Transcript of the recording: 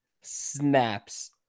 snaps